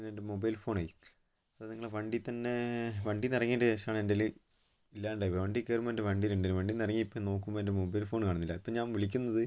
എൻ്റെ മൊബൈൽ ഫോണേൽ അത് നിങ്ങളുടെ വണ്ടിയിൽ തന്നേ വണ്ടിയിൽ നിന്ന് ഇറങ്ങിയതിന് ശേഷമാണ് എന്റേല് ഇല്ലാണ്ടായി പോയത് വണ്ടി കയറുമ്പം എൻ്റെ വണ്ടിയിൽ ഇണ്ടിനു വണ്ടിയിൽ നിന്ന് ഇറങ്ങിയപ്പം ഇപ്പം നോക്കുമ്പം എൻ്റെ മൊബൈൽ ഫോൺ കാണുന്നില്ല ഇപ്പം ഞാൻ വിളിക്കുന്നത്